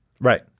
Right